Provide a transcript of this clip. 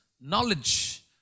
knowledge